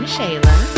Shayla